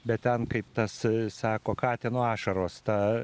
bet ten kaip tas sako katino ašaros ta